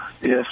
yes